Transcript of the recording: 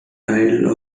title